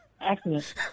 Accident